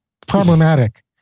Problematic